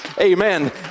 Amen